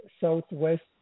Southwest